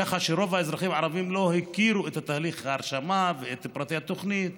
כך שרוב האזרחים הערבים לא הכירו את תהליך ההרשמה ואת פרטי התוכנית.